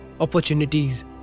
opportunities